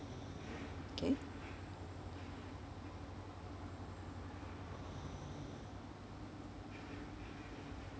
okay